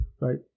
right